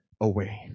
away